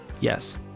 Yes